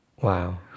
Wow